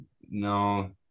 No